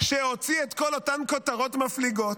שהוציא את כל אותן כותרות מפליגות?